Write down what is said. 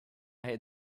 had